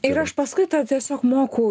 ir aš paskui tą tiesiog moku